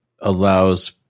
allows